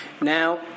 Now